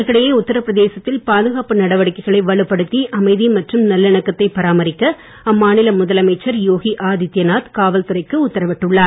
இதற்கிடையெ உத்தரபிரதேசத்தில் பாதுகாப்பு நடவடிக்கைகளை வலுப்படுத்தி அமைதி மற்றும் நல்லிணக்கத்தை பராமரிக்க அம்மாநில முதலமைச்சர் யோகி உத்தரவிட்டுள்ளார்